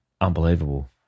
unbelievable